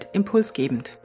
impulsgebend